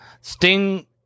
sting